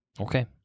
Okay